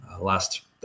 last